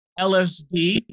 LSD